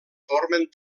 formen